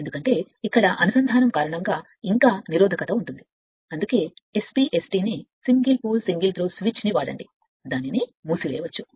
ఎందుకంటే ఇక్కడ సంబంధం లేదా ఇంకా ఏదో ఉంది కాబట్టి నిరోధకత ఉంది అందుకే SP ST ను single pole single throw switch వాడండి దానిని మూసివేయవచ్చు